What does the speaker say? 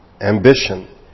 ambition